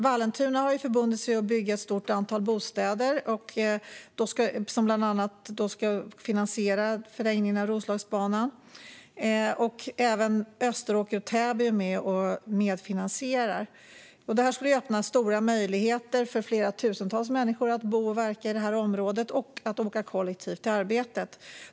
Vallentuna har förbundit sig att bygga ett stort antal bostäder, som bland annat ska finansiera förlängningen av Roslagsbanan. Även Österåker och Täby medfinansierar. Detta skulle öppna stora möjligheter för tusentals människor att bo och verka i området och att åka kollektivt till arbetet.